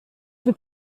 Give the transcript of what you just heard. fydd